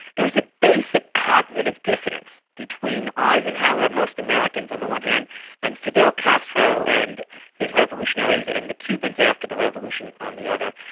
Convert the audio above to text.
there was a basic cognitive dissonance between eisenhower and most americans on the one hand and fidel castro and his revolutionaries and the cubans after the revolution on the other,